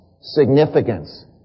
significance